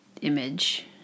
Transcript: image